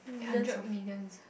hundred millions